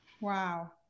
Wow